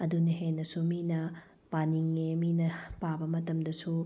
ꯑꯗꯨꯅ ꯍꯦꯟꯅꯁꯨ ꯃꯤꯅ ꯄꯥꯅꯤꯡꯉꯦ ꯃꯤꯅ ꯄꯥꯕ ꯃꯇꯝꯗꯁꯨ